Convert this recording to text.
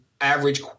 average